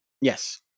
Yes